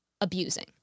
abusing